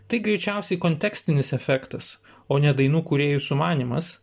tai greičiausiai kontekstinis efektas o ne dainų kūrėjų sumanymas